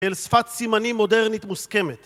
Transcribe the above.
אל שפת סימנים מודרנית מוסכמת.